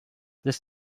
this